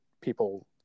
people